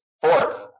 Fourth